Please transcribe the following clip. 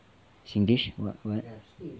singlish what what